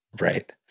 right